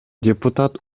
депутат